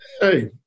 hey